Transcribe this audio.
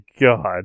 god